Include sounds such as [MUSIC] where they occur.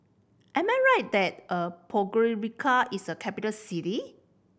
am I right that [HESITATION] Podgorica is a capital city